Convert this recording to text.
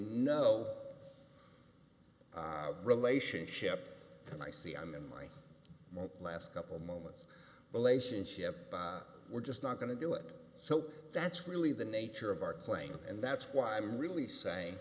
no relationship and i see i'm in my last couple moments elation ship we're just not going to do it so that's really the nature of our claim and that's why i'm really saying